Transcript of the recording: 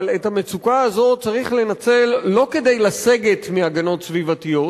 אבל את המצוקה הזאת צריך לנצל לא כדי לסגת מהגנות סביבתיות,